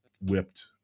whipped